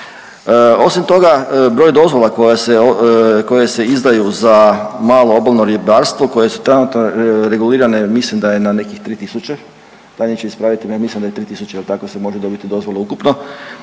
Osim toga, broj dozvola koje se izdaju za malo obalno ribarstvo, koje su trenutno regulirane, mislim da je na nekih 3 tisuće, tajniče ispravite me, ja mislim da je 3 tisuće, jel tako se može dobiti dozvola ukupno,